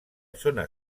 zona